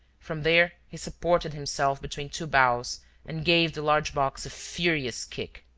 from there he supported himself between two boughs and gave the large box a furious kick.